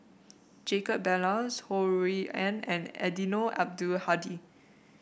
Jacob Ballas Ho Rui An and Eddino Abdul Hadi